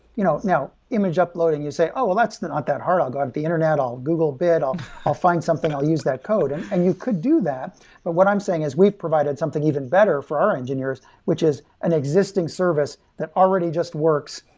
you know now, image uploading, you say, oh, well that's not that hard. i've got the internet, i'll google a bit, i'll i'll find something, i'll use that code. and and you could do that, but what i'm saying is we've provided something even better for our engineers, which is an existing service that already just works,